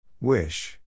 Wish